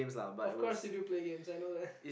of course you do play games I know that